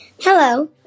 Hello